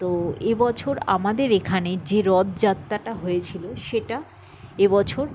তো এবছর আমাদের এখানে যে রথযাত্রাটা হয়েছিল সেটা এবছর